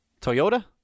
Toyota